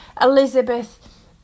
Elizabeth